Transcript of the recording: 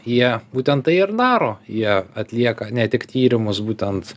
jie būtent tai ir daro jie atlieka ne tik tyrimus būtent